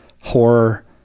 horror